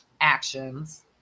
actions